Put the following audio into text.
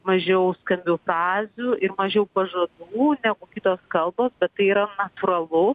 mažiau skambių frazių ir mažiau pažadų negu kitos kalbos bet tai yra natūralu